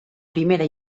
primera